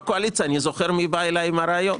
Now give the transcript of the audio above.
קואליציה ואני זוכר מי בא אלי עם הרעיון.